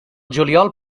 juliol